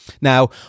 Now